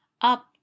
up